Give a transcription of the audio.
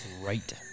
Right